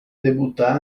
debutta